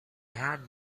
had